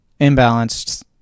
imbalanced